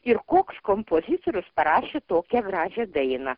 ir koks kompozitorius parašė tokią gražią dainą